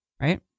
right